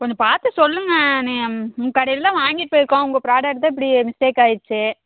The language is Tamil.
கொஞ்சம் பார்த்து சொல்லுங்க நீ உங்க கடையில் தான் வாங்கிட்டு போயிருக்கோம் உங்கள் ப்ராடக்ட் தான் இப்படி மிஸ்டேக் ஆயிடுட்சி